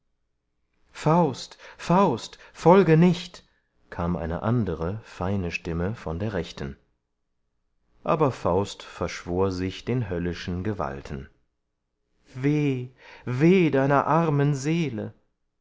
faust faust folge nicht kam eine andere feine stimme von der rechten aber faust verschwor sich den höllischen gewalten weh weh deiner armen seele